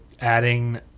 adding